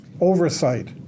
Oversight